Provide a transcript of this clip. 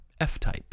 F-Type